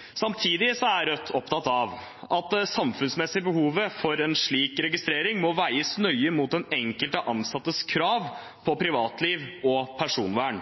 er Rødt er opptatt av at det samfunnsmessige behovet for en slik registrering må veies nøye mot den enkelte ansattes krav på privatliv og personvern.